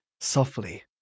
Softly